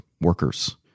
workers